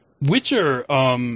Witcher –